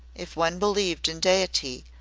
if one believed in deity,